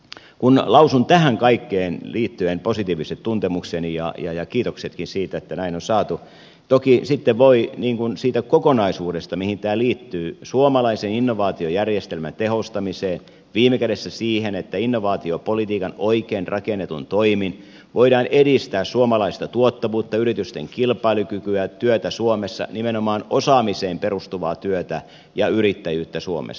kun lausun tähän kaikkeen liittyen positiiviset tuntemukseni ja kiitoksetkin siitä että näin on saatu toki sitten voi puhua siitä kokonaisuudesta mihin tämä liittyy suomalaisen innovaatiojärjestelmän tehostamiseen viime kädessä siihen että innovaatiopolitiikan oikein rakennetuin toimin voidaan edistää suomalaista tuottavuutta yritysten kilpailukykyä työtä suomessa nimenomaan osaamiseen perustuvaa työtä ja yrittäjyyttä suomessa